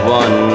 one